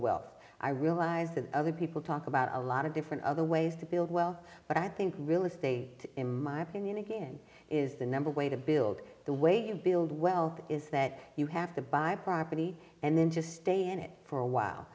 wealth i realize that other people talk about a lot of different other ways to build well but i think real estate in my opinion again is the number way to build the way you build wealth is that you have to buy property and then just stay in it for a while